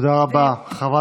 הינה,